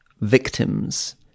victims